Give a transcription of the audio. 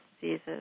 diseases